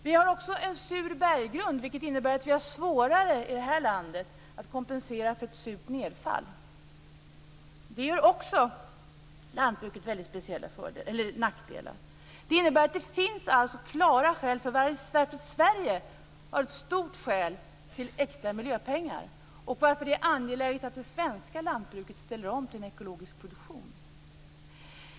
Vidare har vi en sur berggrund, vilket innebär att det är svårare i det här landet att kompensera för ett surt nedfall. Det ger också lantbruket väldigt speciella nackdelar. Det innebär alltså att det finns klara skäl till att Sverige får extra miljöpengar och att det svenska lantbruket ställer om till en ekologisk produktion.